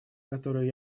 который